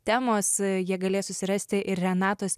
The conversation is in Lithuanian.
temos jie galės susirasti ir renatos